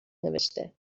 نوشته